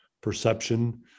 perception